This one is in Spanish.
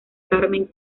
carmen